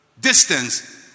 distance